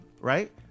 right